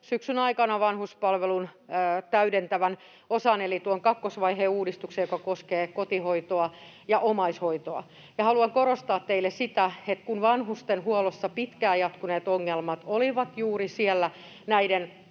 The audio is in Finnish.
syksyn aikana vanhuspalvelun täydentävän osan eli tuon kakkosvaiheen uudistuksen, joka koskee kotihoitoa ja omaishoitoa. Haluan korostaa teille sitä, että vanhustenhuollossa pitkään jatkuneet ongelmat olivat juuri siellä näiden